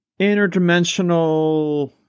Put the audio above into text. interdimensional